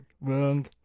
wrong